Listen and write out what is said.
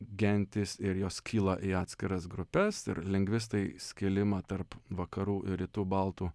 gentys ir jos skyla į atskiras grupes ir lingvistai skilimą tarp vakarų ir rytų baltų